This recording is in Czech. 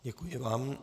Děkuji vám.